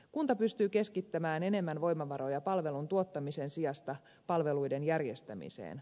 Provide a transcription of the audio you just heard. kunta pystyy keskittämään enemmän voimavaroja palvelun tuottamisen sijasta palveluiden järjestämiseen